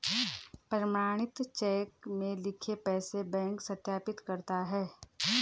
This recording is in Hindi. प्रमाणित चेक में लिखे पैसे बैंक सत्यापित करता है